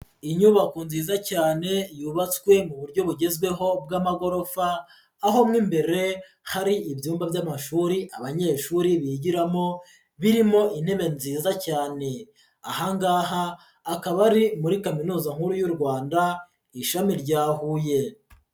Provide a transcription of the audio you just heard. Inyubako nziza cyane yubatswe mu buryo bugezweho bw'amagorofa aho mw'imbere hari ibyumba by'amashuri abanyeshuri bigiramo birimo intebe nziza cyane ahangaha akaba ari muri kaminuza nkuru y'u Rwanda ishami rya huye.